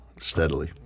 steadily